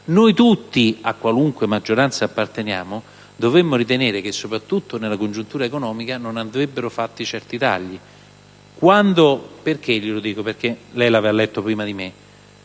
noi tutti, a qualunque schieramento apparteniamo, dovremmo ritenere che, soprattutto nella congiuntura economica, non andrebbero fatti certi tagli. Avrà letto prima di me,